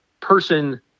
person